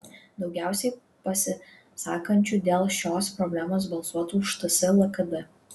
daugiausiai pasisakančių dėl šios problemos balsuotų už ts lkd